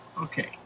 Okay